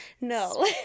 no